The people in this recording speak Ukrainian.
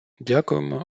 дякуємо